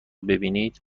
ببینید